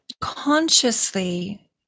consciously